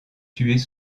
tués